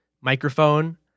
microphone